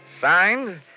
Signed